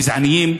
גזעניים,